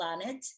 planet